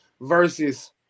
versus